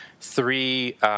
three